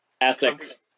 Ethics